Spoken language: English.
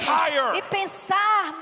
higher